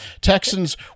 Texans